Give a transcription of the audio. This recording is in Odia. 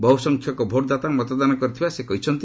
ବହୁସଂଖ୍ୟକ ଭୋଟ୍ଦାତା ମତଦାନ କରିଥିବା ସେ କହିଛନ୍ତି